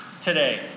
today